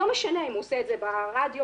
זה ערך ראשון.